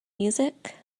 music